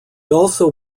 also